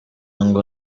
ngo